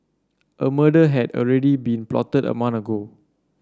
a murder had already been plotted a month ago